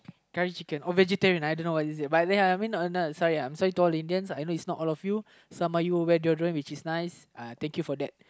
curry chicken or vegetarian I don't know what is it but then I mean sorry told Indian's I know is not all of you some of you what are you doing which is nice uh thank you for that